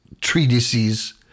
treatises